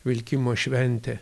vilkimo šventė